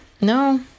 No